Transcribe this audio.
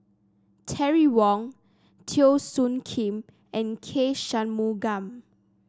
Terry Wong Teo Soon Kim and K Shanmugam